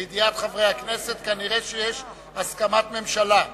לידיעת חברי הכנסת, כנראה יש הסכמת ממשלה.